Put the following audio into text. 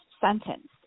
sentence